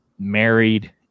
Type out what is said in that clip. married